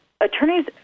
attorneys